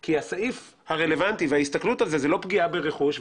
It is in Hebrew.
כי הסעיף הרלבנטי וההסתכלות על זה זו לא פגיעה ברכוש,